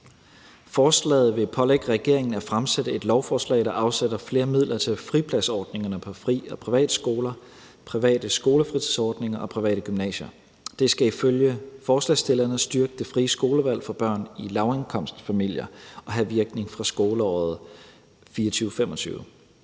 Forslaget vil pålægge regeringen at fremsætte et lovforslag, der afsætter flere midler til fripladsordningerne på fri- og privatskoler, private skolefritidsordninger og private gymnasier. Det skal ifølge forslagsstillerne styrke det frie skolevalg for børn i lavindkomstfamilier og have virkning fra skoleåret 2024/25.